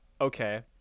Okay